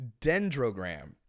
Dendrogram